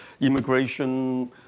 immigration